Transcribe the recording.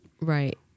right